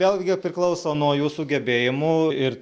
vėlgi priklauso nuo jūsų gebėjimų ir